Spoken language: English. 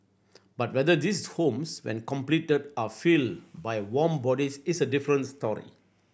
but whether these homes when completed are filled by warm bodies is a different story